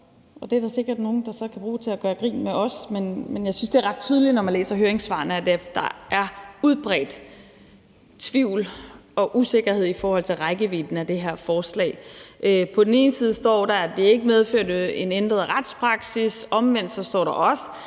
er der sikkert nogen der så kan bruge til at gøre grin med os, men jeg synes, det er ret tydeligt, når man læser høringssvarene, at der er udbredt tvivl og usikkerhed i forhold til rækkevidden af det her forslag. På den ene side står der, at det ikke medfører en ændret retspraksis. På den anden side står der også,